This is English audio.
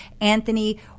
Anthony